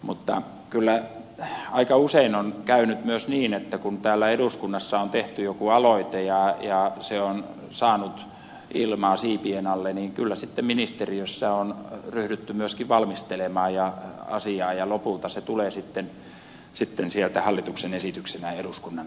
mutta kyllä aika usein on käynyt myös niin että kun täällä eduskunnassa on tehty joku aloite ja se on saanut ilmaa siipien alle niin kyllä sitten ministeriössä on ryhdytty myöskin valmistelemaan asiaa ja lopulta se on tullut sieltä hallituksen esityksenä eduskunnan käsiteltä väksi